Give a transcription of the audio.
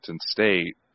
State